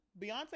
beyonce